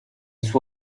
suo